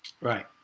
right